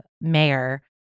mayor